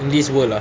in this world ah